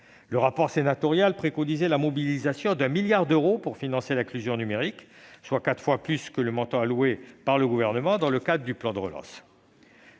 le rapport sénatorial préconisait la mobilisation d'un milliard d'euros pour financer l'inclusion numérique, soit quatre fois plus que le montant alloué par le Gouvernement dans le cadre du plan de relance.